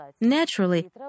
naturally